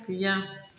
गैया